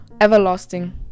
everlasting